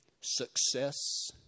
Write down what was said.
success